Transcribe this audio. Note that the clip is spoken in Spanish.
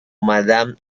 madame